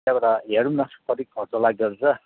त्यहाँबाट हेरौँ न कति खर्च लाग्दो रहेछ